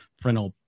parental